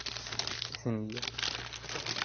ᱤᱥᱤᱱ ᱜᱮᱭᱟ